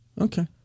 Okay